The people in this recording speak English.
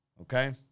okay